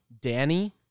Danny